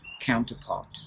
counterpart